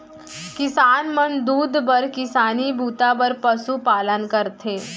किसान मन दूद बर किसानी बूता बर पसु पालन करथे